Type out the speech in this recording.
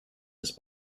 his